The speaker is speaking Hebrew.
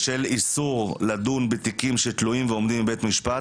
בשל איסור לדון בתיקים שתלויים ועומדים בבית משפט,